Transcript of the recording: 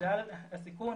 ובגלל הסיכון,